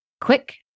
quick